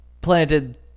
planted